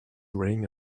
wearing